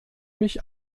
mich